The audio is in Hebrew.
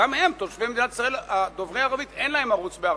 תושבי מדינת ישראל דוברי ערבית,